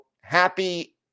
happy